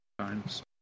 times